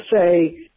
say